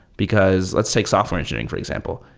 because let's take software engineering for example.